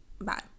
bye